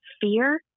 fear